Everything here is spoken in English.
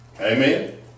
Amen